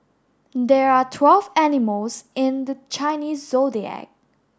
there are twelve animals in the Chinese Zodiac